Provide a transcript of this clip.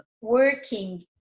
working